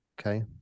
okay